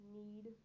need